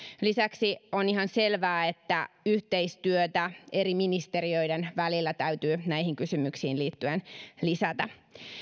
lisäksi on ihan selvää että yhteistyötä eri ministeriöiden välillä täytyy näihin kysymyksiin liittyen lisätä